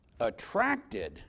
Attracted